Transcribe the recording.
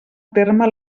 terme